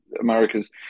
America's